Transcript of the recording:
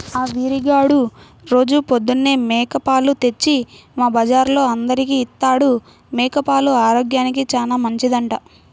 ఆ వీరిగాడు రోజూ పొద్దన్నే మేక పాలు తెచ్చి మా బజార్లో అందరికీ ఇత్తాడు, మేక పాలు ఆరోగ్యానికి చానా మంచిదంట